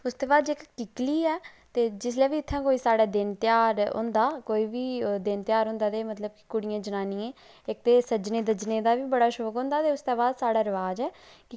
उसदे बाद जेह्की कीकली ऐ ते जिसलै बी इत्थैं कोई साढ़ै दिन ध्यार होंदा कोई बी दिन ध्यार होंदा ते मतलब कि कुड़ियें जनानियें इक सजने धजने दा बी बड़ा शौक होंदा ते उस दे बाद साढ़ै रवाज ऐ